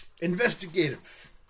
Investigative